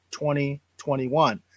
2021